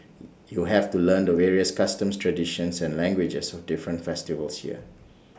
you have to learn the various customs traditions and languages of different festivals here